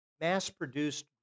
mass-produced